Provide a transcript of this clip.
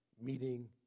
meeting